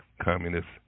Communist